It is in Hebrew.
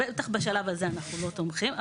בטח בשלב הזה אנחנו לא תומכים,